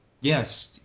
Yes